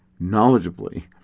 knowledgeably